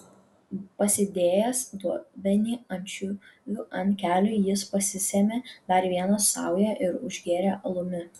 pasidėjęs dubenį ančiuvių ant kelių jis pasisėmė dar vieną saują ir užgėrė alumi